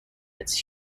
its